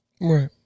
right